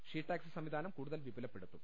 she taxi സംവിധാനം കൂടുതൽ വിപ്പുലപ്പെടുത്തും